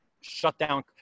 shutdown